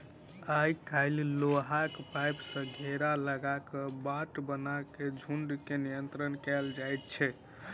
आइ काल्हि लोहाक पाइप सॅ घेरा लगा क बाट बना क झुंड के नियंत्रण कयल जाइत छै